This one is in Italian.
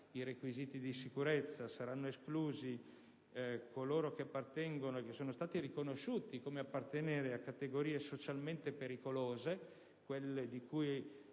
i requisiti di sicurezza. Saranno esclusi coloro che sono stati riconosciuti appartenere a categorie socialmente pericolose (quelle di cui